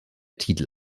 titel